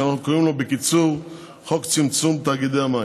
שאנחנו קוראים לו בקיצור: חוק צמצום תאגידי המים.